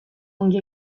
ongi